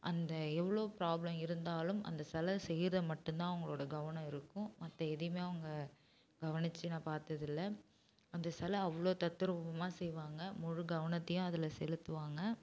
அந்த எவ்வளோ ப்ராப்லம் இருந்தாலும் அந்த சில செய்கிறது மட்டுந்தான் அவங்களோட கவனம் இருக்கும் மற்ற எதையுமே அவங்க கவனிச்சு நான் பார்த்ததில்ல அந்த சில அவ்வளோ தத்துரூபமாக செய்வாங்க முழு கவனத்தையும் அதில் செலுத்துவாங்க